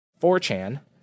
4chan